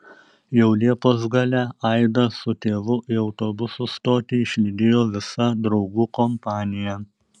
jau liepos gale aidą su tėvu į autobusų stotį išlydėjo visa draugų kompanija